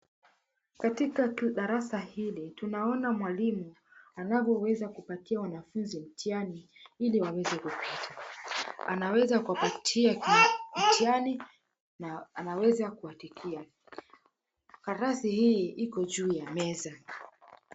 Katika darasa hili tunaona mwalimu anavyoweza kupatia wanafunzi mtihani ili waweze kupita. Anaweza kupatia kitu mtihani na anaweza kuwatikia. Karatasi hii iko juu ya meza.